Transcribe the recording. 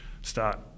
start